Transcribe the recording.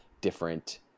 different